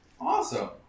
Awesome